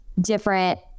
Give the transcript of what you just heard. different